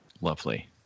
Lovely